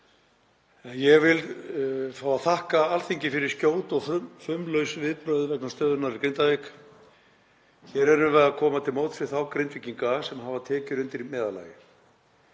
Ég vil fá að þakka Alþingi fyrir skjót og fumlaus viðbrögð vegna stöðunnar í Grindavík. Hér erum við að koma til móts við þá Grindvíkinga sem hafa tekjur undir meðallagi.